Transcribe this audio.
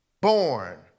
born